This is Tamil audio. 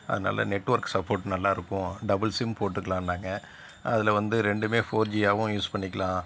அதனால நெட்ஒர்க் சப்போட் நல்லா இருக்கும் டபுள் சிம் போட்டுக்கலான்னாங்க அதில் வந்து ரெண்டுமே ஃபோர் ஜியாகவும் யூஸ் பண்ணிக்கலாம்